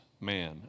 man